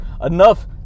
enough